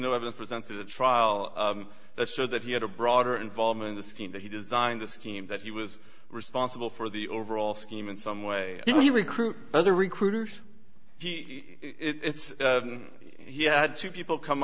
no evidence presented at trial that showed that he had a broader involvement in the scheme that he designed the scheme that he was responsible for the overall scheme in some way do you recruit other recruiters it's he had two people come